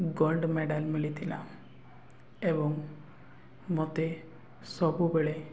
gold medal ମିଳିଥିଲା ଏବଂ ମୋତେ ସବୁବେଳେ